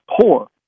poor